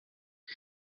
com